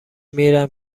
میرم